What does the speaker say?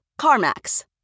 CarMax